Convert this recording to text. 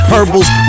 Purple's